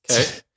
Okay